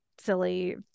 silly